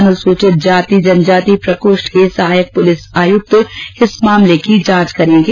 अनुसूचित जाति जनजाति प्रकोष्ठ के सहायक पुलिस आयुक्त इस मामले की जांच करेंगे